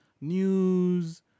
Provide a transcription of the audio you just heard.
news